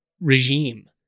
regime